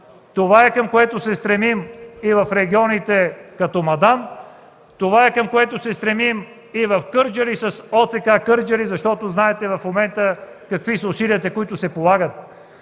Това е, към което се стремим и в регионите като Мадан, това е, към което се стремим и в Кърджали с ОЦК – Кърджали, защото знаете в момента какви са усилията, които се полагат.